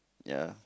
ya